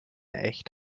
echt